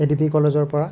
ADB কলেজৰ পৰা